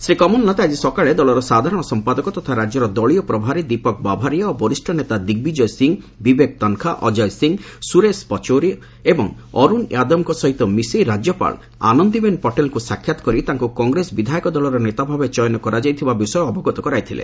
ଶ୍ରୀ କମଲ ନାଥ ଆଜି ସକାଳେ ଦଳର ସାଧାରଣ ସମ୍ପାଦକ ତଥା ରାଜ୍ୟର ଦଳୀୟ ପ୍ରଭାରୀ ଦୀପକ ବାଭାରିଆ ଏବଂ ବରିଷ ନେତା ଦିଗ୍ବିଜୟ ସିଂ ବିବେକ ତନ୍ଖା ଅଜୟ ସିଂ ସୁରେଶ ପଚୌରୀ ଏବଂ ଅରୁନ୍ ୟାଦବ ସହିତ ମିଶି ରାଜ୍ୟପାଳ ଆନନ୍ଦିବେନ ପଟେଲଙ୍କୁ ସାକ୍ଷାତ କରି ତାଙ୍କ କଂଗ୍ରେସ ବିଧାୟକ ଦଳର ନେତାଭାବେ ଚୟନ କରାଯାଇଥିବା ବିଷୟ ଅବଗତ କରାଇଥିଲେ